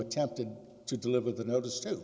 attempted to deliver the notice to